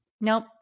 nope